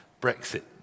Brexit